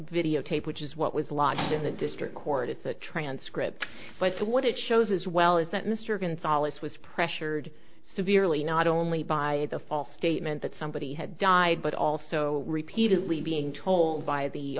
videotape which is what was lost in the district court it's a transcript but what it shows as well is that mr gonzales was pressured severely not only by the false statement that somebody had died but also repeatedly being told by the